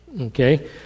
Okay